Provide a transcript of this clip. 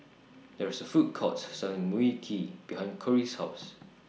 There IS A Food Court Selling Mui Kee behind Cori's House